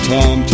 Tom